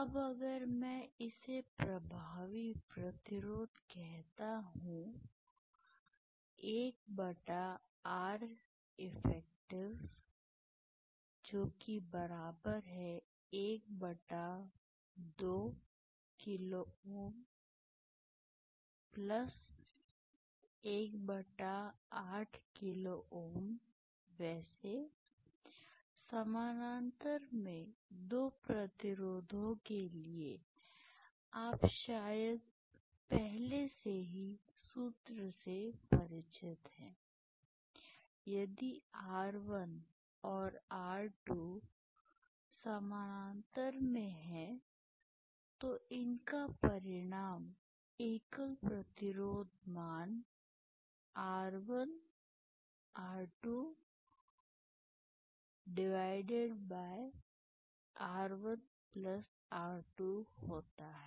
अब अगर मैं इसे प्रभावी प्रतिरोध कहता हूं 1Reflective112k118k Ω वैसे समानांतर में दो प्रतिरोधों के लिए आप शायद पहले से ही सूत्र से परिचित हैं यदि R1 और R2 समानांतर में हैं तो उनका परिणाम एकल प्रतिरोध मान R1 R2 R1R2 होता है